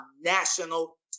national